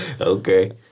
Okay